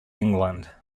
england